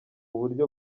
buryo